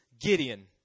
Gideon